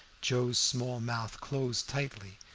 joe's small mouth closed tightly,